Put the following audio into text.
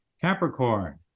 Capricorn